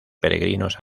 peregrinos